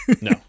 No